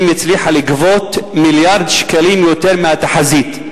הצליחה לגבות מיליארד שקלים יותר מהתחזית.